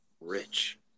rich